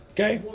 Okay